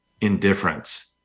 indifference